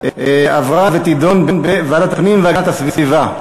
2. הצעת החוק עברה ותידון בוועדת הפנים והגנת הסביבה.